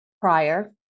Prior